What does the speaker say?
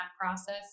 process